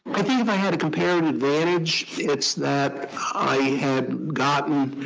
i think if i had a comparative advantage, it's that i had gotten